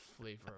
Flavor